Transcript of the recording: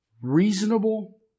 reasonable